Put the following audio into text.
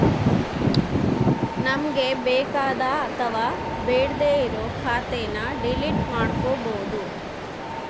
ನಮ್ಗೆ ಬೇಕಾದ ಅಥವಾ ಬೇಡ್ಡೆ ಇರೋ ಖಾತೆನ ಡಿಲೀಟ್ ಮಾಡ್ಬೋದು